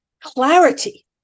clarity